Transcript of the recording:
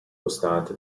costante